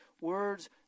words